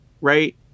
Right